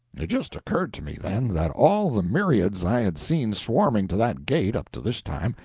it just occurred to me, then, that all the myriads i had seen swarming to that gate, up to this time,